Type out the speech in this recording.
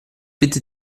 bitte